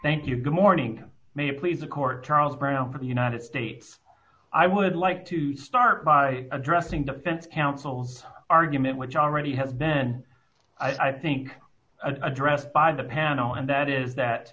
thank you good morning may it please the court charles brown from the united states i would like to start by addressing defense counsel argument which already has been i think addressed by the panel and that is that